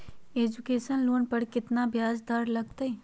Education loan पर केतना ब्याज दर लगतई?